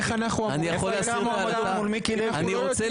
אני רוצה